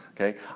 okay